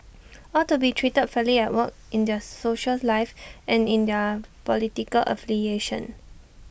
all to be treated fairly at work in their social life and in their political affiliation